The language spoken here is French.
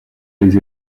les